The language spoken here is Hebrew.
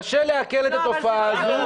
קשה לעכל את התופעה הזו.